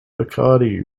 bacardi